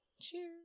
Cheers